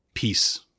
Peace